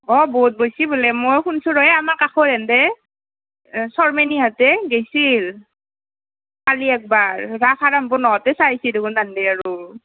অঁ বহুত বইছি বোলে মইয়ো শুন্ছো ৰ' এই আমাৰ কাষৰ হেন্থে শৰ্মানীহঁতে গেছিল কালি একবাৰ ৰাস আৰম্ভ নহওঁতেই চাই আইছি দেখোন তানথে আৰু